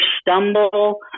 stumble